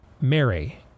Mary